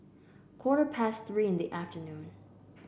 quarter past Three in the afternoon